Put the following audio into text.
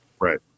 Right